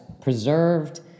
preserved